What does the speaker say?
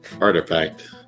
artifact